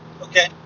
Okay